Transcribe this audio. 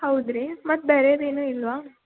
ಹೌದಾ ರೀ ಮತ್ತೆ ಬೇರೇದು ಏನೂ ಇಲ್ಲವಾ